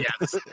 Yes